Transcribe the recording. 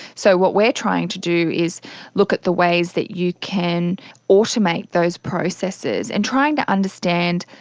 so what we are trying to do is look at the ways that you can automate those processes, and trying to understand,